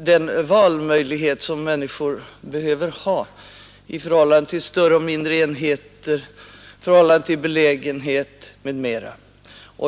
den valmöjlighet som människor behöver ha i förhållande till större och mindre enheter, i förhållande till belägenhet m.m.